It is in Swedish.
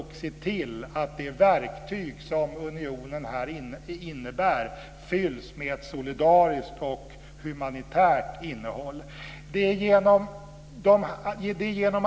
Det verktyg som unionen här utgör måste verka på ett solidariskt och humanitärt sätt.